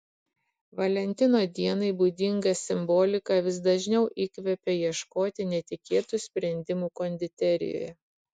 valentino dienai būdinga simbolika vis dažniau įkvepia ieškoti netikėtų sprendimų konditerijoje